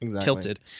tilted